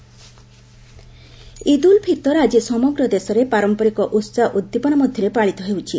ଇଦ୍ ଇଦ୍ ଉଲ ଫିତର ଆଜି ସମଗ୍ର ଦେଶରେ ପାରମ୍ପରିକ ଉତ୍ଦୀପନା ମଧ୍ୟରେ ପାଳିତ ହେଉଛି